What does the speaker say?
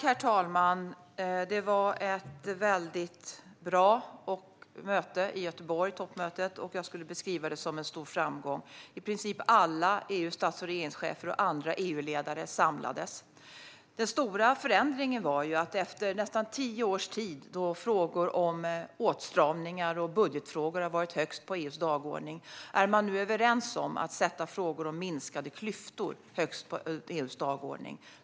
Herr talman! Det var ett väldigt bra toppmöte i Göteborg. Jag skulle beskriva det som en stor framgång. I princip alla EU:s stats och regeringschefer och andra EU-ledare samlades. Den stora förändringen var att man efter nästan tio års tid då frågor om åtstramningar och budgetfrågor har varit högst på EU:s dagordning nu är överens om att sätta frågor om minskade klyftor högst på EU:s dagordning.